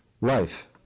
life